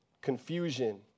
Confusion